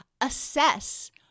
Assess